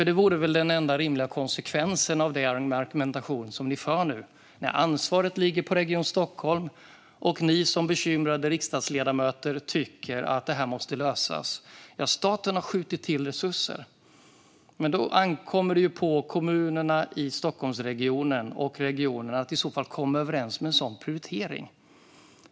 Det vore väl den enda rimliga konsekvensen av den argumentation som ni för nu, när ansvaret ligger på Region Stockholm, och ni som bekymrade riksdagsledamöter tycker att detta måste lösas. Staten har skjutit till resurser. Då ankommer det på kommunerna i Stockholmsregionen och regionen att komma överens om en sådan prioritering.